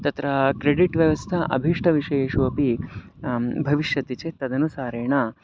तत्र क्रेडिट् व्यवस्था अभीष्ट विषयेषु अपि भविष्यति चेत् तदनुसारेण